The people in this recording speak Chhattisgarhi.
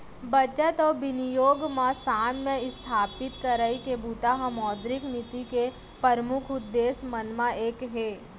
बचत अउ बिनियोग म साम्य इस्थापित करई के बूता ह मौद्रिक नीति के परमुख उद्देश्य मन म एक हे